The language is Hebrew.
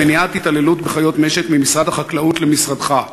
מניעת התעללות בחיות משק ממשרד החקלאות למשרדך,